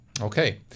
Okay